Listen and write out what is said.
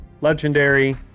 legendary